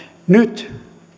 nyt